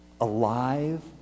Alive